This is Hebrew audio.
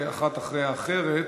אחת אחרי האחרת.